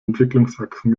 entwicklungsachsen